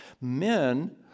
Men